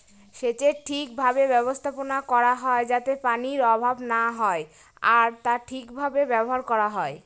সেচের ঠিক ভাবে ব্যবস্থাপনা করা হয় যাতে পানির অভাব না হয় আর তা ঠিক ভাবে ব্যবহার করা হয়